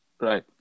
Right